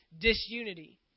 disunity